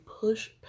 push